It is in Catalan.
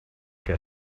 que